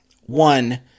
One